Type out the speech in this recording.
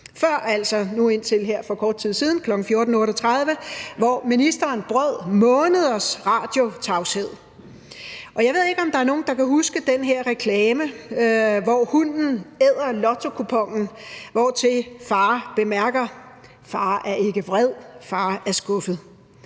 – altså ikke før nu her for kort tid siden, nemlig kl. 14.38, hvor ministeren brød måneders radiotavshed. Jeg ved ikke, om der er nogen, der kan huske den her reklame, hvor hunden æder lottokuponen, hvortil far bemærker: Far er ikke vred, far er skuffet.